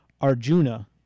Arjuna